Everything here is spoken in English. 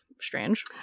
strange